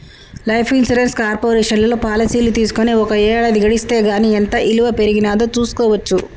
life insurance కార్పొరేషన్లో పాలసీలు తీసుకొని ఒక ఏడాది గడిస్తే గానీ ఎంత ఇలువ పెరిగినాదో చూస్కోవచ్చు